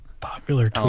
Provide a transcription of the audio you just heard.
popular